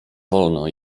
wolno